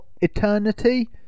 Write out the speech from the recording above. Eternity